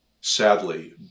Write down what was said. sadly